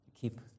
keep